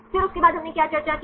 फिर उसके बाद हमने क्या चर्चा की